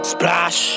Splash